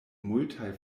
multaj